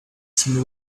some